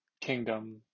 kingdom